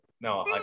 No